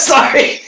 Sorry